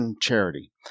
charity